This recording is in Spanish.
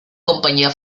compañía